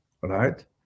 right